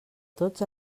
tots